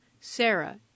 Sarah